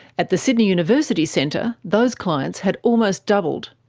at the sydney university centre, those clients had almost doubled.